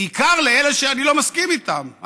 בעיקר לאלה שאני לא מסכים איתם.